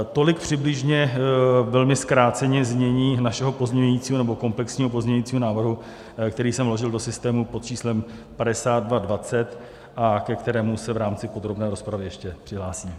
Tolik přibližně velmi zkráceně znění našeho pozměňujícího nebo komplexního pozměňujícího návrhu, který jsem vložil do systému pod číslem 5220, a ke kterému se v rámci podrobné rozpravy ještě přihlásím.